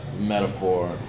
metaphor